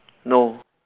no